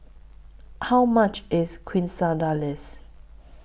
How much IS Quesadillas